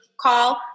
call